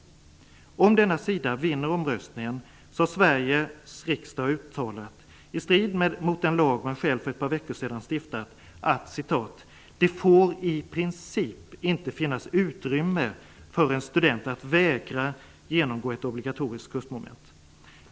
Om denna sida vinner omröstningen har Sveriges riksdag uttalat, i strid mot den lag man själv för ett par veckor sedan stiftat, att ''Det får i princip inte finnas utrymme för en student att vägra genomgå ett obligatoriskt kursmoment''.